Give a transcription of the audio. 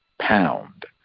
pound